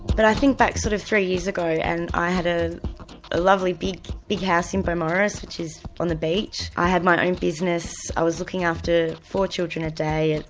but i think back sort of three years ago and i had a lovely big house in beaumaris which is on the beach, i had my own business, i was looking after four children a day, and